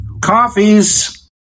coffees